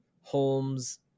Holmes